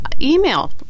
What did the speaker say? Email